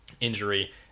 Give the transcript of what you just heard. injury